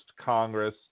Congress